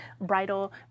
bridal